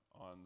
on